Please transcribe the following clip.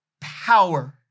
power